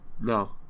No